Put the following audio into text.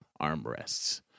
armrests